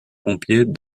pompiers